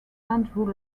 andrew